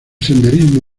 senderismo